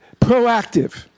proactive